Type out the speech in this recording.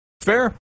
Fair